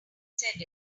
said